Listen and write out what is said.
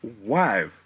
wow